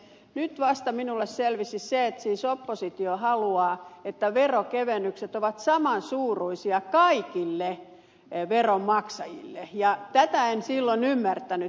nyt vasta minulle selvisi se että siis oppositio haluaa että veronkevennykset ovat saman suuruisia kaikille veronmaksajille ja tätä en silloin ymmärtänyt